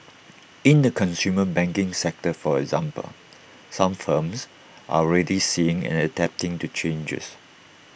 in the consumer banking sector for example some firms are already seeing and adapting to changes